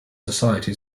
society